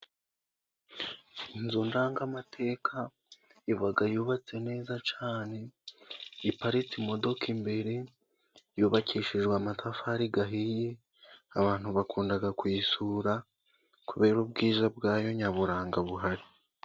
Inzu ndangamateka iba yubatse neza cyane iparitse imodoka imbere yubakishijwe amatafari ahiye, abantu bakunda kuyisura kubera ubwiza bwayo nyaburanga buhari.